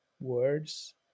words